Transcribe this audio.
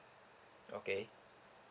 okay